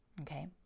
okay